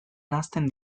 nahasten